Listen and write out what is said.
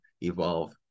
evolve